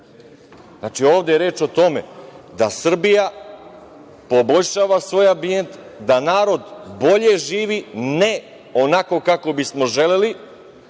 prošlošću. Ovde je reč o tome da Srbija poboljša svoj ambijent, da narod bolje živi, ne onako kako bi smo želeli,